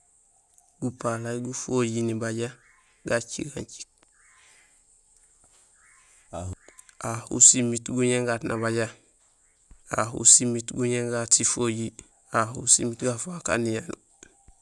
Gupalay gufojiir nibajé gacigaam cik: ahu simiit guñéén gaat nabajé, ahu simiit guñéén gaat sifojiir, ahu simiit gafaak aan niyanuur.